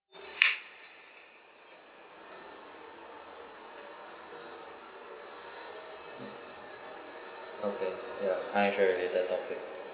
okay ya financial related topic